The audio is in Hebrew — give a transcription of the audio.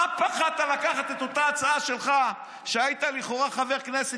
למה פחדת לקחת את אותה הצעה שלך כשהיית לכאורה חבר כנסת?